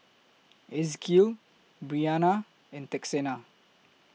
Ezekiel Bryanna and Texanna